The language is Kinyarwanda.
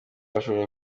ashobora